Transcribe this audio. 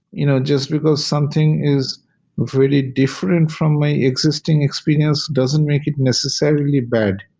you know just because something is really different from my existing experience doesn't make it necessarily bad.